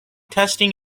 testing